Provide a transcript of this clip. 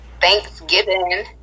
Thanksgiving